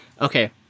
Okay